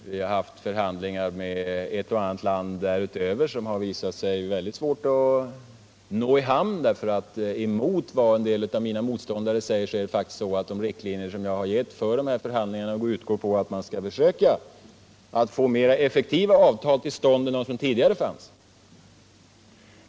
Vi har haft förhandlingar med ett och annat land därutöver, förhandlingar som det visat sig vara mycket svårt att få i hamn. Tvärtemot vad en del av mina motståndare säger har jag faktiskt givit riktlinjer för dessa förhandlingar som går ut på att man skall försöka få mera effektiva avtal till stånd än de avtal vi tidigare haft.